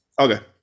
Okay